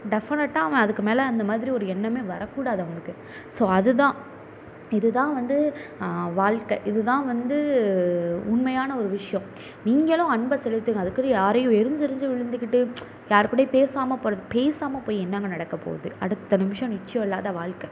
டெஃபனட்டாக அவன் அதுக்கு மேலே அந்த மாதிரி ஒரு எண்ணமே வரக்கூடாது அவனுக்கு ஸோ அது தான் இது தான் வந்து வாழ்க்க இதுதான் வந்து உண்மையான ஒரு விஷயம் நீங்களும் அன்பை செலுத்துங்கள் அதுக்குன்னு யாரையும் எரிஞ்சு எரிஞ்சு விழுந்துக்கிட்டு யாருகூடயும் பேசாமல் போகிறது பேசாமல் போய் என்னங்க நடக்கப் போகுது அடுத்த நிமிஷம் நிச்சயம் இல்லாத வாழ்க்க